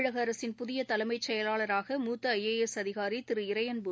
தமிழக அரசின் புதிய தலைமைச் செயலாளராக மூத்த ஐ ஏ எஸ் அதிகாரி திரு இறையன்பு